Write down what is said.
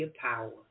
power